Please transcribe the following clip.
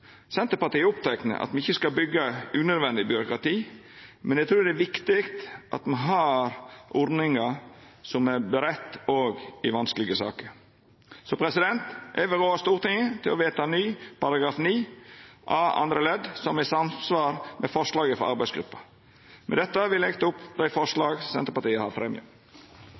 Senterpartiet er me opptekne av at me ikkje skal byggja unødvendig byråkrati, men eg trur det er viktig at me har ordningar som er budde også i vanskelege saker. Eg vil rå Stortinget til å vedta ny § 9 a andre ledd, som er i samsvar med forslaget frå arbeidsgruppa. Med dette vil eg ta opp dei forslaga Senterpartiet har fremja.